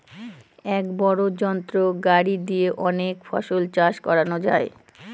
এক বড় যন্ত্র গাড়ি দিয়ে অনেক ফসল চাষ করানো যায়